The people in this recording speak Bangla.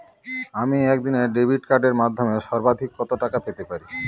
আমি একদিনে ডেবিট কার্ডের মাধ্যমে সর্বাধিক কত টাকা পেতে পারি?